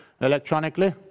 electronically